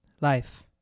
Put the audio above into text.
life